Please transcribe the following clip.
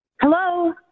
Hello